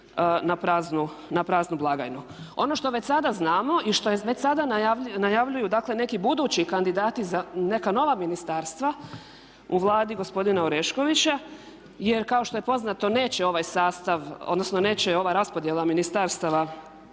na praznu blagajnu. Ono što već sada znamo i što je već sada najavljuju dakle neki budući kandidati za neka nova ministarstva u Vladi gospodina Oreškovića jer kao što je poznato neće ovaj sastav, odnosno neće ova raspodjela ministarstava